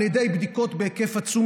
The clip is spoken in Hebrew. על ידי בדיקות בהיקף עצום,